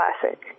classic